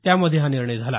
त्यामध्ये हा निर्णय झाला